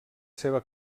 seva